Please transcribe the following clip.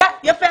יפה.